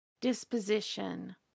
disposition